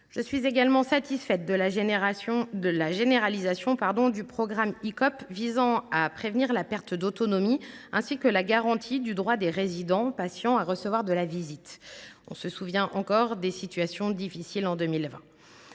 Je suis également satisfaite de la généralisation du programme Icope, visant à prévenir la perte d’autonomie, et de la garantie du droit des résidents patients à recevoir de la visite – nous nous souvenons encore des situations difficiles vécues